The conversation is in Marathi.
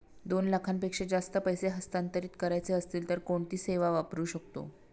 दोन लाखांपेक्षा जास्त पैसे हस्तांतरित करायचे असतील तर कोणती सेवा वापरू शकतो?